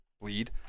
bleed